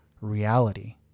reality